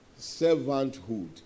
Servanthood